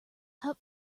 help